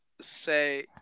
say